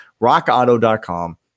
rockauto.com